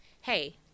hey